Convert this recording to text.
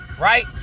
right